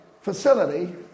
facility